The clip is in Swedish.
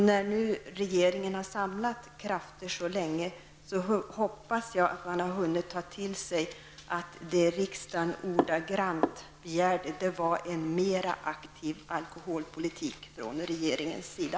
När nu regeringen har samlat krafter så länge hoppas jag man hunnit ta till sig att det riksdagen ordagrant begärde var ''en mera aktiv alkoholpolitik'' från regeringens sida.